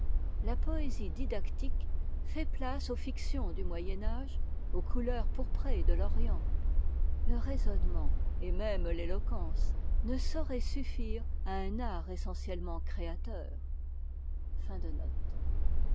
la poésie didactique fait place aux fictions du moyen âge aux couleurs pourprées de l'orient le raisonnement et même l'éloquence ne sauraient suffire à un art essentiellement créateur